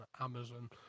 Amazon